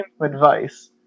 advice